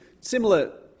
similar